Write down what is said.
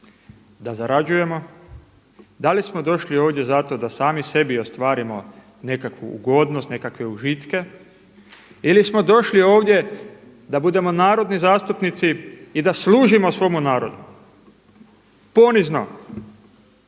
da zarađujemo, da li smo došli ovdje zato da sami sebi ostvarimo nekakvu ugodnost, nekakve užitke ili smo došli ovdje da budemo narodni zastupnici i da služimo svome narodu.